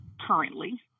currently